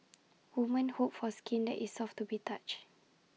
women hope for skin that is soft to be touch